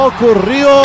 Ocurrió